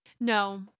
No